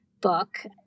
book